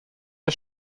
der